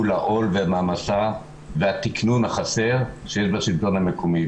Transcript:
הוא לעול ומעמסה והתקנון החסר שיש בשלטון המקומי.